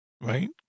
Right